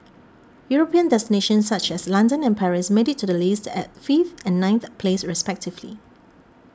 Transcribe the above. European destinations such as London and Paris made it to the list at fifth and ninth place respectively